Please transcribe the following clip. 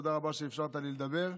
תודה רבה שאפשרת לי לדבר.